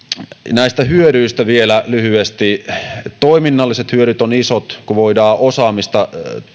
näistä hyödyistä vielä lyhyesti toiminnalliset hyödyt ovat isot kun voidaan osaamista